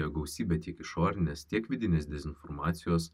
gausybė tiek išorinės tiek vidinės dezinformacijos